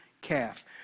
calf